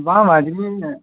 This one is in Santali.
ᱵᱟᱝ ᱵᱟᱝ